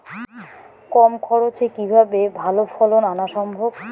কম খরচে কিভাবে ভালো ফলন আনা সম্ভব?